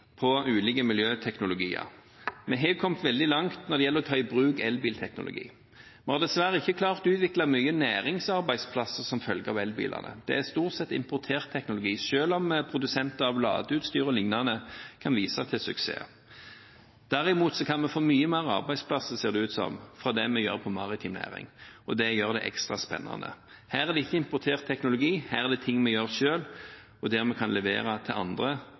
på ulike miljøteknologier. Vi har kommet veldig langt når det gjelder å ta i bruk elbilteknologi. Vi har dessverre ikke klart å utvikle mange næringsarbeidsplasser som følge av elbilene. Det er stort sett importert teknologi, selv om produsenter av ladeutstyr o.l. kan vise til suksess. Derimot kan vi få mange flere arbeidsplasser, ser det ut som, ut fra det vi gjør innen maritim næring, og det gjør det ekstra spennende. Her er det ikke importert teknologi, her er det ting vi gjør selv, som vi kan levere til andre,